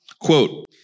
Quote